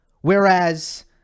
Whereas